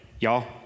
y'all